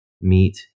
meet